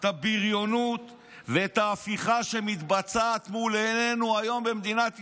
את הבריונות ואת ההפיכה שמתבצעת מול עינינו היום במדינת ישראל.